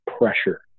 pressure